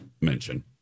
mention